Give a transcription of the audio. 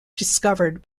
discovered